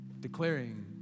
declaring